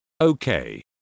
okay